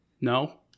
No